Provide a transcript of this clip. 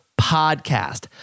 podcast